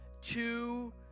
two